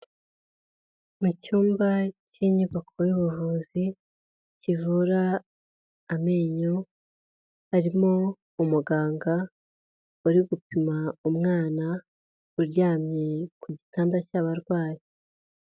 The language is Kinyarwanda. Mu cyumba cy'inyubako y'ubuvuzi kivura amenyo, harimo umuganga uri gupima umwana uryamye ku gitanda cy'abarwayi.